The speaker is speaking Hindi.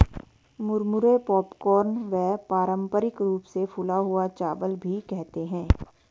मुरमुरे पॉपकॉर्न व पारम्परिक रूप से फूला हुआ चावल भी कहते है